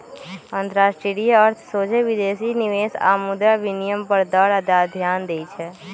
अंतरराष्ट्रीय अर्थ सोझे विदेशी निवेश आऽ मुद्रा विनिमय दर पर ध्यान देइ छै